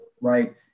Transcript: right